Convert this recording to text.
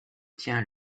tient